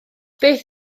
beth